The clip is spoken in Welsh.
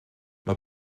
mae